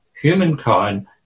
humankind